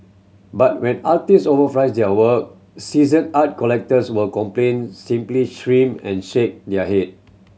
but when artist over their work seasoned art collectors will complain simply and shake their head